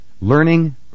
Learning